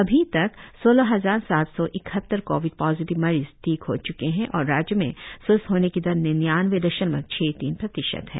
अभी तक सोलह हजार सात सौ इकहत्तर कोविड पॉजिटिव मरीज ठिक हो च्के और राज्य में स्वस्थ होने की दर निन्यानवे दशमलव छह तीन प्रतिशत है